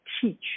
teach